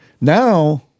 now—